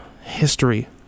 history